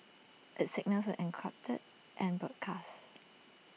its signals are encrypted and broadcast